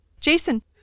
Jason